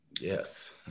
Yes